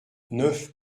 neuf